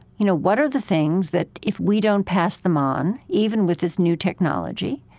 you know, what are the things that, if we don't pass them on, even with this new technology,